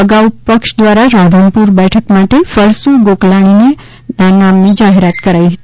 અગાઉ પક્ષ દ્વારા રાધનપુર બેઠક માટે ફરસુ ગોકલાણીને નામની જાહેરાત કરાઈ છે